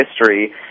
history